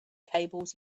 cables